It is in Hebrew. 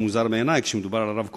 זה מוזר בעיני כשמדובר ברב קוק,